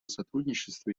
сотрудничества